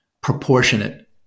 proportionate